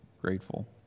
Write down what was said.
grateful